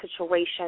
situation